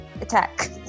attack